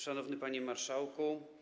Szanowny Panie Marszałku!